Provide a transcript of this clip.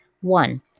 One